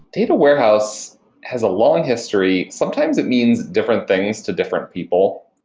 data warehouse has a long history. sometimes it means different things to different people.